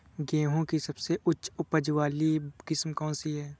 गेहूँ की सबसे उच्च उपज बाली किस्म कौनसी है?